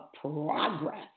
progress